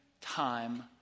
time